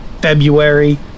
February